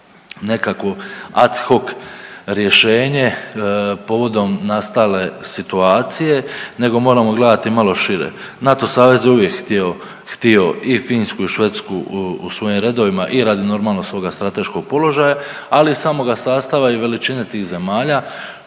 nekakvu ad hoc rješenje povodom nastale situacije nego moramo gledati malo šire. NATO savez je uvijek htio i Finsku i Švedsku u svojim redovima i radi normalno svoga strateškog položaja, ali i samoga sastava i veličine tih zemalja